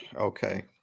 Okay